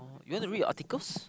you want to read your articles